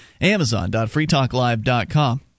Amazon.freetalklive.com